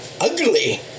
ugly